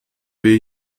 will